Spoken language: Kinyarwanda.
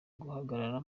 guhagarara